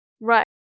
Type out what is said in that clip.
Right